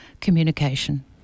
communication